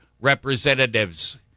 representatives